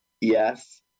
Yes